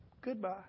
Goodbye